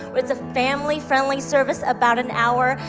where it's a family-friendly service about an hour.